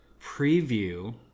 preview